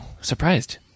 surprised